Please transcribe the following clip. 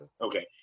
Okay